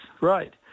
right